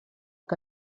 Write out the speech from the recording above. que